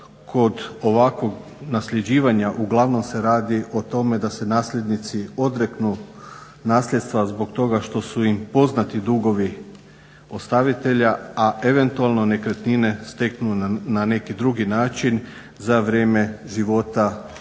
kod ovakvog nasljeđivanja uglavnom se radi o tome da se nasljednici odreknu nasljedstva zbog toga što su im poznati dugovi ostavitelja, a eventualno nekretnine steknu na neki drugi način za vrijeme života ostavitelja